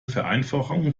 vereinfachungen